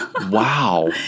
Wow